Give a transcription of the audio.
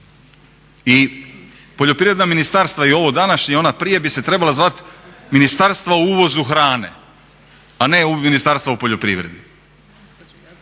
i poljoprivredna ministarstva i ovo današnje i ona prije bi se trebala zvati ministarstva o uvozu hrane, a ne ministarstva u poljoprivredi